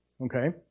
okay